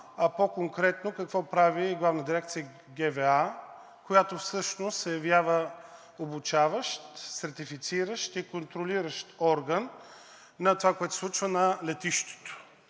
а по-конкретно какво прави Главна дирекция ГВА, която всъщност се явява обучаващ, сертифициращ и контролиращ орган на това, което се случва на летището.